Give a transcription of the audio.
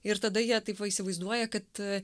ir tada jie taip va įsivaizduoja kad